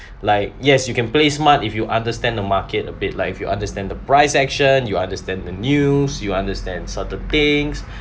like yes you can play smart if you understand the market a bit lah if you understand the price action you understand the news you understand certain things